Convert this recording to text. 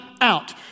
out